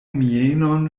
mienon